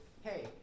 Hey